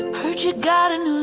heard you got a new